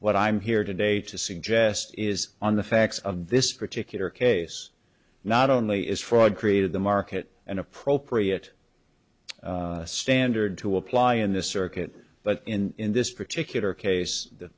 what i'm here today to suggest is on the facts of this particular case not only is fraud created the market an appropriate standard to apply in this circuit but in this particular case th